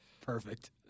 Perfect